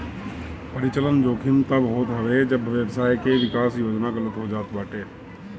परिचलन जोखिम तब होत हवे जब व्यवसाय के विकास योजना गलत हो जात बाटे